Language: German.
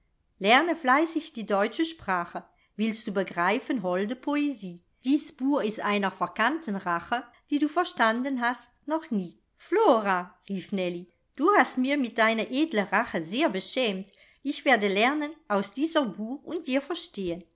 lerne fleißig die deutsche sprache willst du begreifen holde poesie dies buch ist einer verkannten rache die du verstanden hast noch nie flora rief nellie du hast mir mit deine edle rache sehr beschämt ich werde lernen aus dieser buch und dir